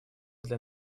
для